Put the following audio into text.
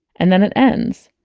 and then it ends.